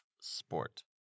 sport